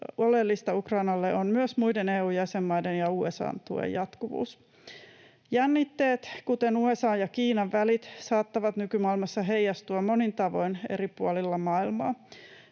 oleellista Ukrainalle on myös muiden EU-jäsenmaiden ja USA:n tuen jatkuvuus. Jännitteet, kuten USA:n ja Kiinan välit, saattavat nykymaailmassa heijastua monin tavoin eri puolilla maailmaa.